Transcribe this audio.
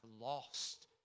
lost